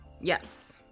Yes